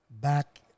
Back